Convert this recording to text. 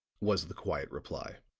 was the quiet reply.